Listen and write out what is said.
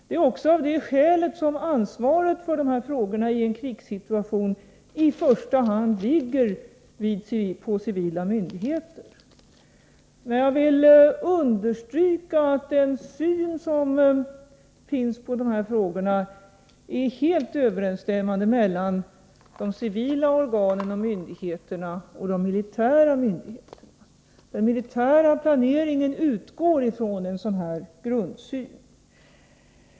Det är också av det skälet som ansvaret för de här frågorna i en krigssituation i första hand ligger på civila myndigheter. Jag vill understryka att synsätten när det gäller de här frågorna är helt överensstämmande mellan de civila organen och myndigheterna å ena sidan och de militära myndigheterna å den andra. Den militära planeringen utgår från en sådan grundsyn.